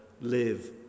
live